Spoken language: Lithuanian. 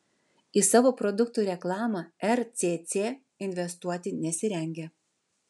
į savo produktų reklamą rcc investuoti nesirengia